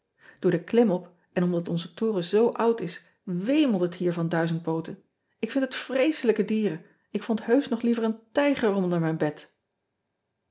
oor den klimop en omdat onze toren zoo oud is wémelt het hier van duizendpooten k vind het vreeselijke dieren ik vond heusch nog liever een tijger onder mijn bed